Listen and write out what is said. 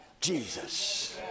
Jesus